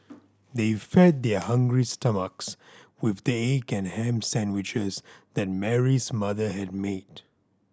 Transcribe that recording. they fed their hungry stomachs with the egg and ham sandwiches that Mary's mother had made